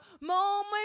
moment